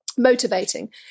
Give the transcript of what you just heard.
Motivating